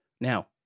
Now